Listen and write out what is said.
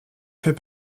fait